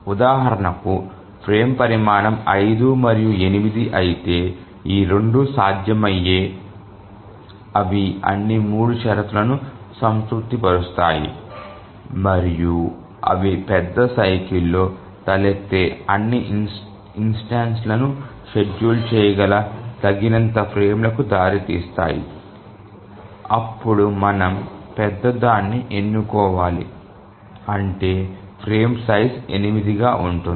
ఉదాహరణకు ఫ్రేమ్ పరిమాణం 5 మరియు 8 అయితే ఈ రెండూ సాధ్యమే అవి అన్ని 3 షరతులను సంతృప్తిపరుస్తాయి మరియు అవి పెద్ద సైకిల్ లో తలెత్తే అన్ని ఇన్స్టెన్సులను షెడ్యూల్ చేయగల తగినంత ఫ్రేములకు దారి తీస్తాయి అప్పుడు మనం పెద్దదాన్ని ఎన్నుకోవాలి అంటే ఫ్రేమ్ సైజు 8 గా ఉంటుంది